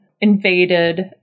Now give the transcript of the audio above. invaded